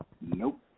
Nope